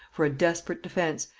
for a desperate defence,